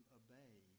obey